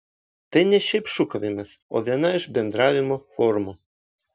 tai ne šiaip šūkavimas o viena iš bendravimo formų